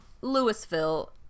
Louisville